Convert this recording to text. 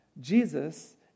Jesus